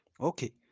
Okay